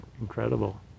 incredible